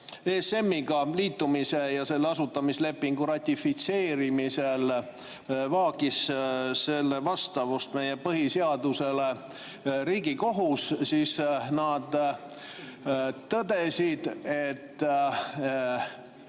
ESM-iga liitumisel ja selle asutamislepingu ratifitseerimisel vaagis selle vastavust meie põhiseadusele Riigikohus, siis nad tõdesid, et